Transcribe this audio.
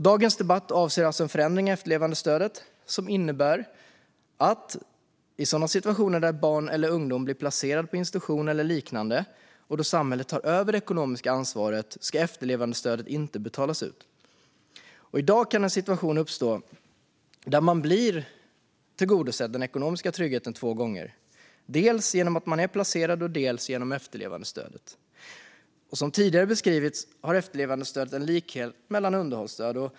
Dagens debatt avser en förändring i efterlevandestödet som innebär att i situationer där ett barn eller en ungdom blir placerat på institution eller liknande och samhället tar över det ekonomiska ansvaret ska efterlevandestödet inte betalas ut. I dag kan en situation uppstå där den grundläggande tryggheten blir tillgodosedd två gånger, dels genom att man är placerad, dels genom efterlevandestödet. Som tidigare beskrivits har efterlevandestödet en likhet med underhållstöd.